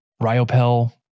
ryopel